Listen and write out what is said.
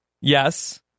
Yes